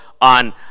on